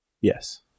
Yes